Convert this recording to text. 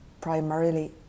primarily